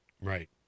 Right